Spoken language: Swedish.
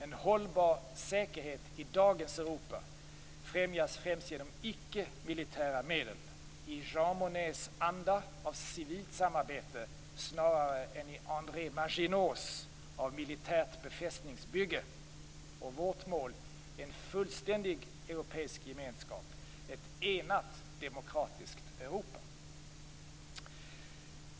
En hållbar säkerhet i dagens Europa främjas främst genom icke-militära medel - i Jean Monnets anda av civilt samarbete snarare än i André Maginots av militärt befästningsbygge. Vårt mål är en fullständig europeisk gemenskap och ett enat demokratiskt Europa.